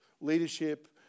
leadership